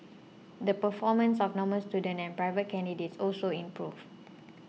the performance of normal students and private candidates also improved